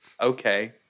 Okay